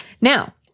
Now